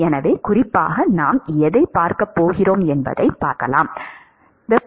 எனவே குறிப்பாக நாம் எதைப் பார்க்கப் போகிறோம் என்பதைப் பார்க்கப் போகிறோம்